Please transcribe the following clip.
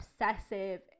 obsessive